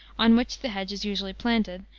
on which the hedge is usually planted,